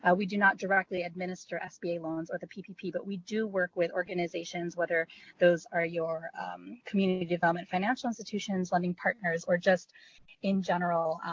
we do not directly administer sba loans or the ppp, but we do work with organizations, whether those are your community development financial institutions, lending partners, or just in general